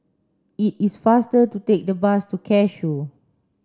it is faster to take the bus to Cashew